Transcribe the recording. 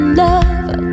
love